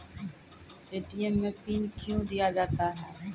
ATM मे PIN कयो दिया जाता हैं?